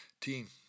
team